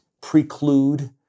preclude